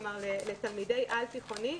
כלומר לתלמידי על-תיכוני,